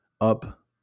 up